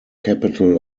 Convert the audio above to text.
capital